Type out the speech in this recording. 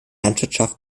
landwirtschaft